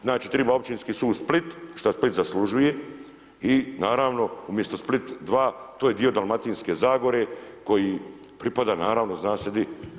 Znači triba Općinski sud Split šta Split zaslužuje i naravno umjesto Split 2 to je dio Dalmatinske zagore koji pripada naravno zna se di.